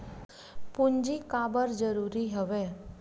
पूंजी काबर जरूरी हवय?